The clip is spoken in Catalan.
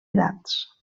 edats